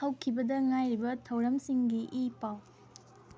ꯍꯧꯈꯤꯕꯗ ꯉꯥꯏꯔꯤꯕ ꯊꯧꯔꯝꯁꯤꯡꯒꯤ ꯏꯤ ꯄꯥꯎ